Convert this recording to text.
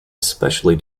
especially